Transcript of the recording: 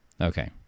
Okay